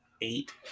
eight